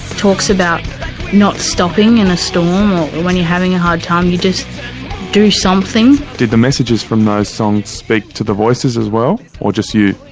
talks about not stopping in ah storm, or when you're having a hard time you just do something. did the message from those songs speak to the voices as well, or just you?